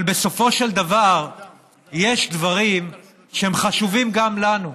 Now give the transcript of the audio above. אבל בסופו של דבר יש דברים שהם חשובים גם לנו,